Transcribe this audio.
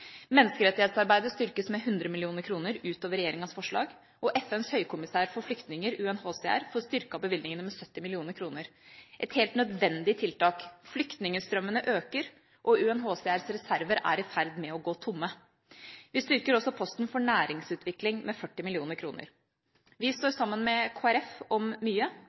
Menneskerettighetsarbeidet styrkes med 100 mill. kr utover regjeringas forslag, og FNs høykommisær for flyktninger, UNHCR, får styrket bevilgningene med 70 mill. kr – et helt nødvendig tiltak. Flyktningstrømmene øker, og UNHCRs reserver er i ferd med å gå tomme. Vi styrker også posten for næringsutvikling med 40 mill. kr. Vi står sammen med Kristelig Folkeparti om mye,